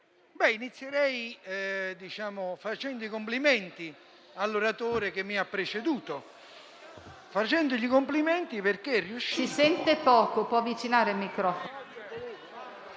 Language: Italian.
inizierei facendo i complimenti all'oratore che mi ha preceduto.